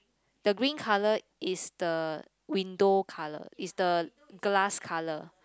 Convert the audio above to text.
the green colour is the window colour is the glass colour